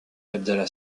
abdallah